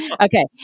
Okay